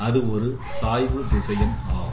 அது ஒரு சாய்வு திசையன் ஆகும்